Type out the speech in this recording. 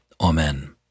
Amen